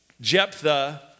Jephthah